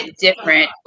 different